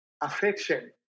affection